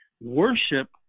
worship